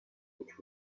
which